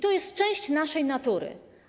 To jest część naszej natury.